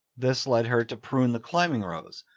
this led her to prune the climbing rose.